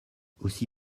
aussi